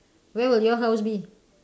where will your house be